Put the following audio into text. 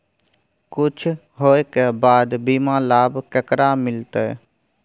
कुछ होय के बाद बीमा लाभ केकरा मिलते?